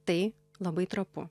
tai labai trapu